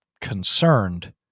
concerned